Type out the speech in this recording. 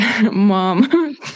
mom